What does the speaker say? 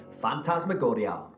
Phantasmagoria